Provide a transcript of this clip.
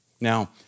Now